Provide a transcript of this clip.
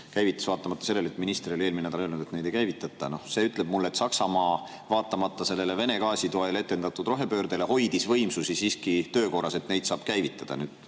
käivitati vaatamata sellele, et minister oli eelmine nädal öelnud, et neid jaamu ei käivitata. See ütleb mulle, et Saksamaa hoidis vaatamata sellele Vene gaasi toel etendatud rohepöördele neid võimsusi siiski töökorras, et neid saaks käivitada.